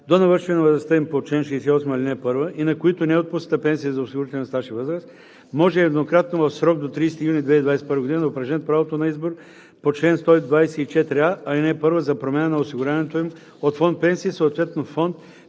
до навършване на възрастта им по чл. 68, ал. 1 и на които не е отпусната пенсия за осигурителен стаж и възраст, може еднократно в срок до 30 юни 2021 г. да упражнят правото на избор по чл. 124а, ал. 1 за промяна на осигуряването им от фонд „Пенсии“, съответно фонд